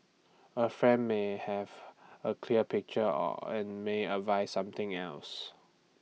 A friend may have A clear picture and may advise something else